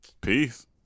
Peace